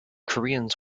koreans